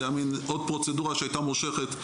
זה היה מן עוד פרוצדורה שהייתה מושכת,